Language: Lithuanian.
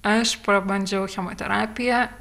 aš prabandžiau chemoterapiją